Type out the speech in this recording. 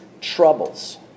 troubles